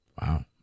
Wow